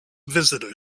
visitor